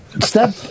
Step